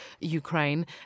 Ukraine